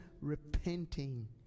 repenting